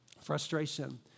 frustration